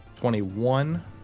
twenty-one